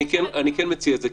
אז אני כן מציע את זה,